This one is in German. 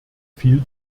viel